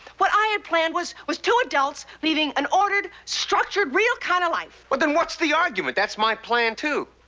what i had planned was, was two adults leading an ordered, structured, real kind of life. well, then what's the argument? that's my plan too.